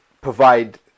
provide